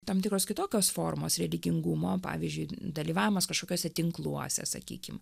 tam tikros kitokios formos religingumo pavyzdžiui dalyvavimas kažkokiuose tinkluose sakykim